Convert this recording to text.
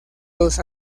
dos